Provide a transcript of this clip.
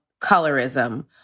colorism